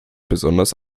besonders